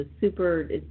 super